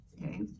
okay